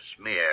smear